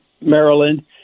Maryland